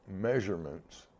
measurements